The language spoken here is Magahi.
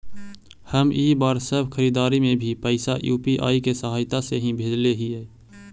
हम इ बार सब खरीदारी में भी पैसा यू.पी.आई के सहायता से ही भेजले हिय